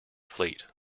fleet